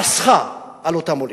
פסחה על אותם עולים.